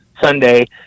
Sunday